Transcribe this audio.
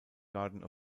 garden